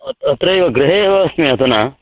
अत्र अत्रैव गृहे एव अस्मि अधुना